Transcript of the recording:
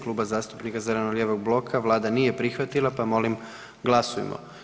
Kluba zastupnika zeleno-lijevog bloka Vlada nije prihvatila pa molim glasujmo.